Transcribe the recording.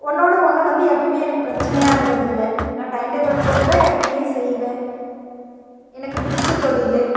ஒன்றோட ஒன்று வந்து எப்போயுமே எனக்கு பிரச்சனையாக இருந்தது இல்லை நான் டைன் டேபிள் போட்டு தான் எப்போயுமே செய்வேன் எனக்கு பிடிச்ச தொழில்